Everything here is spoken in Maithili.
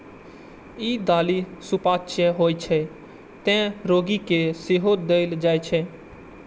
ई दालि सुपाच्य होइ छै, तें रोगी कें सेहो देल जाइ छै